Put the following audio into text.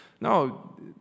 No